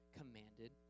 commanded